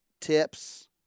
tips